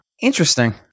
Interesting